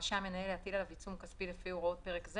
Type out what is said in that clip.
רשאי המנהל להטיל עליו עיצום כספי לפי הוראות פרק זה